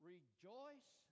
Rejoice